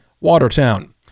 Watertown